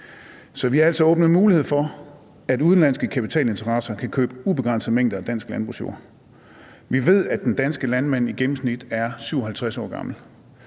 vi har altså åbnet mulighed for, at udenlandske kapitalinteresser kan købe ubegrænsede mængder af dansk landbrugsjord. Vi ved, at den danske landmand i gennemsnit er 57 år gammel,